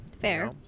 Fair